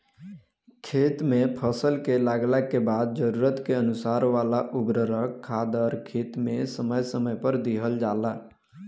खेत में फसल के लागला के बाद जरूरत के अनुसार वाला उर्वरक खादर खेत में समय समय पर दिहल जाला